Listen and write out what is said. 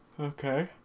Okay